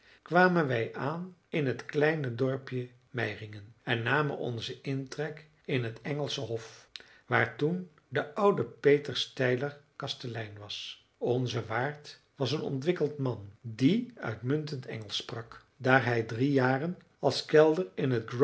kwamen wij aan in het kleine dorpje meiringen en namen onzen intrek in het engelsche hof waar toen de oude peter steiler kastelein was onze waard was een ontwikkeld man die uitmuntend engelsch sprak daar hij drie jaren als kellner in het